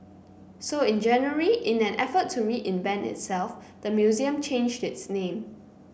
so in January in an effort to reinvent itself the museum changed its name